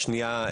השנייה,